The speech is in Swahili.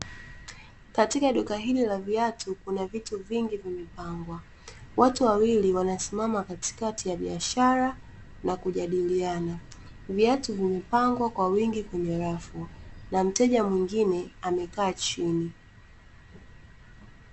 Katika duka hili la viatu kuna vitu vingi vimepangwa, watu wawili wanasimama katikati ya biashara na kujadiliana. Viatu vimepangwa kwa wingi kwenye rafu na mteja mwingine amekaa chini.